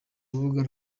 rubuga